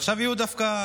עכשיו יהיו יותר.